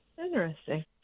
Interesting